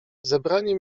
zebranie